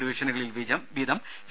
ഡിവിഷനുകളിൽ വീതം സി